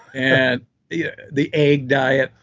and yeah the egg diet.